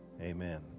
Amen